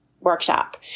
workshop